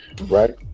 Right